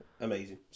Amazing